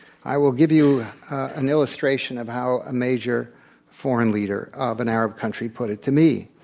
i will give you an illustration of how a major foreign leader of an arab country put it to me.